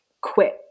quit